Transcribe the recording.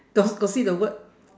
got got see the word